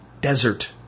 desert